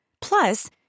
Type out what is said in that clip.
Plus